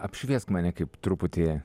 apšviesk mane kaip truputį